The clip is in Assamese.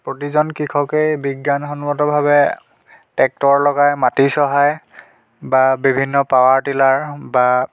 প্ৰতিজন কৃষকেই বিজ্ঞান সন্মতভাৱে টেক্টৰ লগাই মাটি চহাই বা বিভিন্ন পাৱাৰ টিলাৰ বা